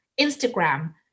Instagram